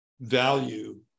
value